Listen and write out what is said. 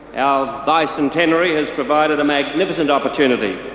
our bicentenary has provided a magnificent opportunity,